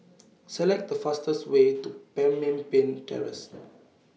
Select The fastest Way to Pemimpin Terrace